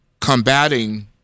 combating